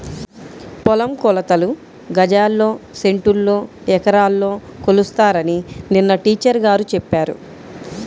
పొలం కొలతలు గజాల్లో, సెంటుల్లో, ఎకరాల్లో కొలుస్తారని నిన్న టీచర్ గారు చెప్పారు